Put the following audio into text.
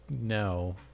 No